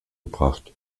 gebracht